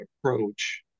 approach